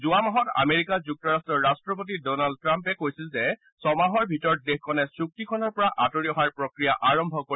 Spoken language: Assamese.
যোৱা মাহত আমেৰিকা যুক্তৰাট্টৰ ৰাট্টপতি ডনাল্ড ট্টাম্পে কৈছিল যে ছমাহৰ ভিতৰত দেশখনে চুক্তিখনৰ পৰা আঁতৰি অহাৰ প্ৰক্ৰিয়া আৰম্ভ কৰিব